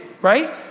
right